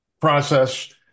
Process